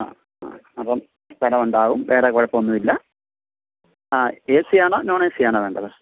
ആ ആ ആ അപ്പോൾ സ്ഥലം ഉണ്ടാകും വേറെ കുഴപ്പം ആ എ സി ആണോ നോൺ എ സി ആണോ വേണ്ടത്